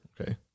Okay